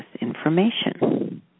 information